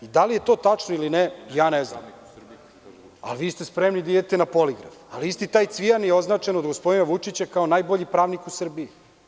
Da li je to tačno ili ne, ja ne znam, ali vi ste spremni da idete na poligraf, a isti taj Cvijan je označen od gospodina Vučića kao najbolji pravnik u Srbiji.